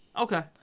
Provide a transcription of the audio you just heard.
Okay